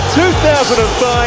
2005